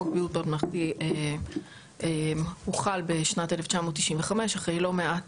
חוק בריאות ממלכתי הוחל בשנת 1995 אחרי לא מעט